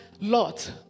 Lot